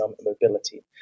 mobility